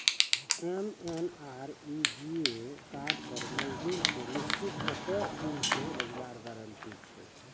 MNREGA card पर मजदुर के निश्चित कत्तेक दिन के रोजगार गारंटी छै?